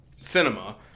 cinema